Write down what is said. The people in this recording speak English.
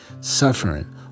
suffering